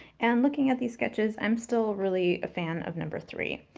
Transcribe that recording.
and looking at these sketches, i'm still really a fan of number three.